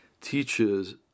teaches